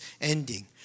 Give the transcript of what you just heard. ending